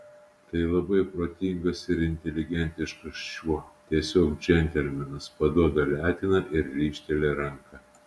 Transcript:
tai labai protingas ir inteligentiškas šuo tiesiog džentelmenas paduoda leteną ir lyžteli ranką